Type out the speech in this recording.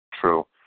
True